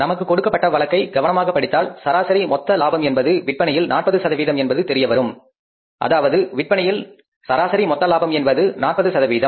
நமக்கு கொடுக்கப்பட்ட வழக்கை கவனமாக படித்தால் சராசரி மொத்த லாபம் என்பது விற்பனையில் 40 என்பது தெரியவரும் அதாவது விற்பனையில் சராசரி மொத்த லாபம் என்பது 40